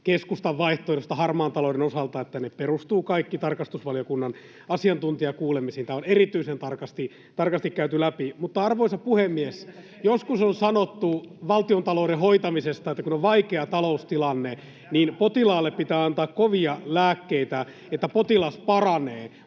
keskustan vaihtoehdosta harmaan talouden osalta, että kaikki perustuu tarkastusvaliokunnan asiantuntijakuulemisiin. Tämä on erityisen tarkasti käyty läpi. Arvoisa puhemies! Joskus on sanottu valtiontalouden hoitamisesta, että kun on vaikea taloustilanne, niin potilaalle pitää antaa kovia lääkkeitä, että potilas paranee.